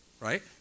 Right